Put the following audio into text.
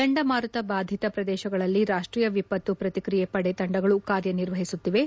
ಚಂಡಮಾರುತ ಬಾಧಿತ ಪ್ರದೇಶಗಳಲ್ಲಿ ರಾಷ್ಷೀಯ ವಿಪತ್ತು ಪ್ರತಿಕ್ರಿಯ ಪಡೆ ತಂಡಗಳು ಕಾರ್ಯನಿರ್ವಹಿಸುತ್ತಿವೆ